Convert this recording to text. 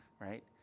right